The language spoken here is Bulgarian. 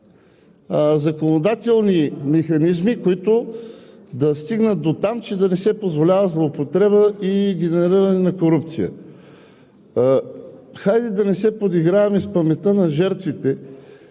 законодателни механизми, които да стигнат дотам, че да не се позволява злоупотреба и генериране на корупция. Хайде да не се подиграваме с паметта на жертвите,